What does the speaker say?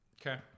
Okay